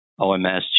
OMS